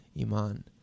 Iman